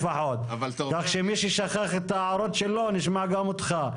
כך שמי ששכח את ההערות שלו ישמע גם אותך.